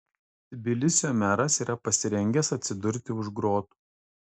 tbilisio meras yra pasirengęs atsidurti už grotų